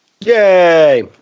Yay